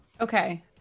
Okay